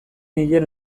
nien